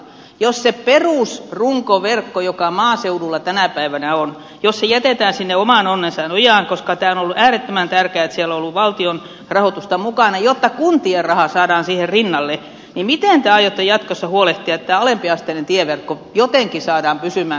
jos se perusrunkoverkko joka maaseudulla tänä päivänä on jätetään sinne oman onnensa nojaan koska tämä on ollut äärettömän tärkeää että siellä on ollut valtion rahoitusta mukana jotta kuntien raha saadaan siihen rinnalle niin miten te aiotte jatkossa huolehtia että tämä alempiasteinen tieverkko jotenkin saadaan pysymään kunnossa